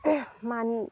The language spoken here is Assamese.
মানুহ